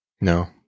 No